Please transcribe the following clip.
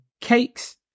cakes